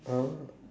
uh